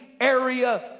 area